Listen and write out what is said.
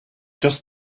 just